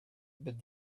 but